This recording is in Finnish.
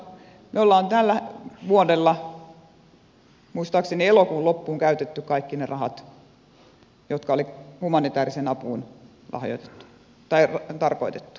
me olemme tällä vuodella muistaakseni elokuun loppuun käyttäneet kaikki ne rahat jotka oli humanitääriseen apuun lahjoitettu tai tarkoitettu lähtökohtaisesti